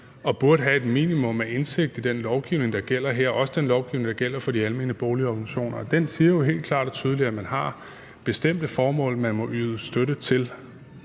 og burde have et minimum af indsigt i den lovgivning, der gælder her, også den lovgivning, der gælder for de almene boligorganisationer. Den siger jo helt klart og tydeligt, at man har bestemte formål, man må yde støtte til.